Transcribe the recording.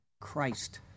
Christ